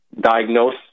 diagnose